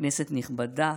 כנסת נכבדה,